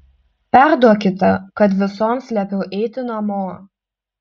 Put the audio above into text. perduokite kad visoms liepiau eiti namo